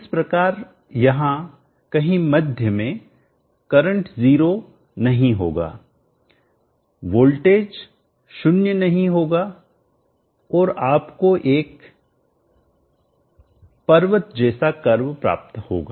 इस प्रकार यहां कहीं मध्य में करंट जीरो नहीं होगा वोल्टेज शून्य नहीं होगा और आपको एक हिलपर्वत जैसा कर्व प्राप्त होगा